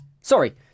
Sorry